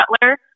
Butler